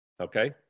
Okay